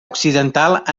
occidental